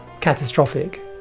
catastrophic